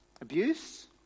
abuse